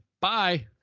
bye